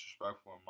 disrespectful